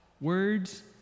words